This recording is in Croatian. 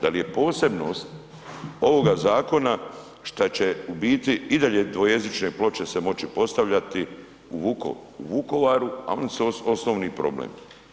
Da li je posebnost ovoga zakona šta će u biti i dalje dvojezične ploče se moći postavljati u Vukovaru, a oni su osnovni problem?